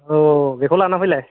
आव बेखौ लाना फैलाय